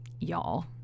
y'all